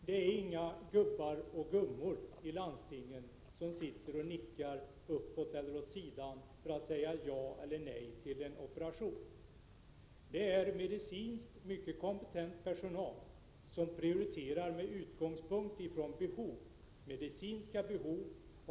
Det är inga gubbar och gummor i landstingen som sitter och nickar uppåt eller åt sidan för att säga ja eller nej till en operation. Det är medicinskt mycket kompetent personal som prioriterar med utgångspunkt från medicinska behov.